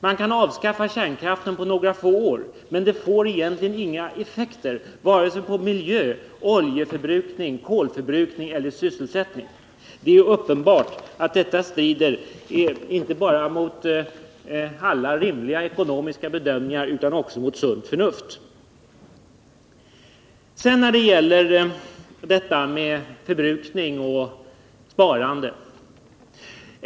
Man kan avskaffa kärnkraften på några få år, men det får egentligen inga effekter på vare sig miljö, oljeförbrukning, kolförbrukning eller sysselsättning. Det är uppenbart att detta strider inte bara mot alla rimliga ekonomiska bedömningar utan också mot sunt förnuft. Sedan detta med förbrukning och sparande.